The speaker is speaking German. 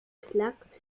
klacks